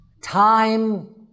time